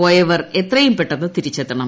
പോയവർ എത്രയും പെട്ടെന്ന് തിരിച്ചെത്തണം